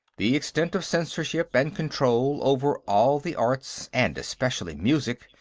the extent of censorship and control over all the arts, and especially music,